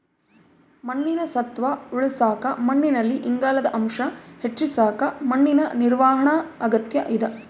ಮಣ್ಣಿನ ಸತ್ವ ಉಳಸಾಕ ಮಣ್ಣಿನಲ್ಲಿ ಇಂಗಾಲದ ಅಂಶ ಹೆಚ್ಚಿಸಕ ಮಣ್ಣಿನ ನಿರ್ವಹಣಾ ಅಗತ್ಯ ಇದ